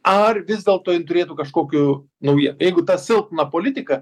ar vis dėlto jin turėtų kažkokių naujie jeigu tą silpną politiką